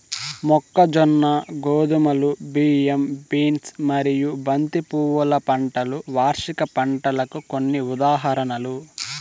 మొక్కజొన్న, గోధుమలు, బియ్యం, బీన్స్ మరియు బంతి పువ్వుల పంటలు వార్షిక పంటలకు కొన్ని ఉదాహరణలు